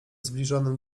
zbliżonym